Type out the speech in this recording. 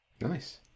Nice